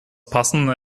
passende